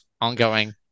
ongoing